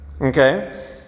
Okay